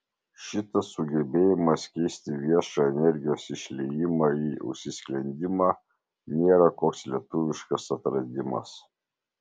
šitas sugebėjimas keisti viešą energijos išliejimą į užsisklendimą nėra koks lietuviškas atradimas